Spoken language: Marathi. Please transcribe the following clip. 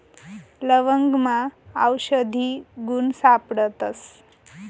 लवंगमा आवषधी गुण सापडतस